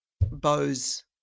bows